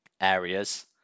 areas